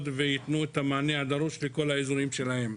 וייתנו את המענה הדרוש לכל האזורים שלהם,